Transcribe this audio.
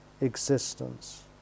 existence